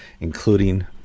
including